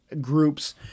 groups